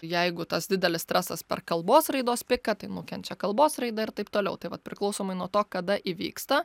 jeigu tas didelis stresas per kalbos raidos piką tai nukenčia kalbos raida ir taip toliau tai vat priklausomai nuo to kada įvyksta